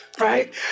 right